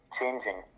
changing